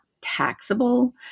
taxable